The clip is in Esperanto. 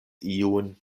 iun